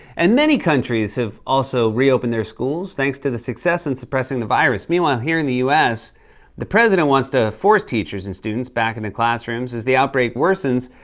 and many countries have also reopened their schools thanks to the success in suppressing the virus. meanwhile, here in the us, the president wants to force teachers and students back into classrooms as the outbreak worsens,